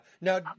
Now